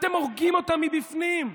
אתם הורגים אותם מבפנים.